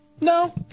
No